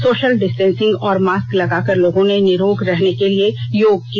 social distancing और mask लगाकर लोगों ने निरोग रहने केलिए योग किया